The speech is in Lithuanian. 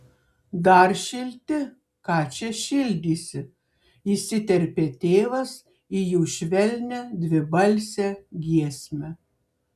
dar šilti ką čia šildysi įsiterpė tėvas į jų švelnią dvibalsę giesmę